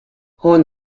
horn